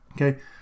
okay